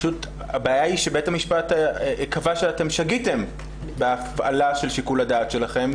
הבעיה היא שבית המשפט קבע שאתם שגיתם בהפעלה של שיקול הדעת שלכם,